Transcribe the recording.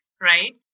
right